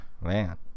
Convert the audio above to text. Man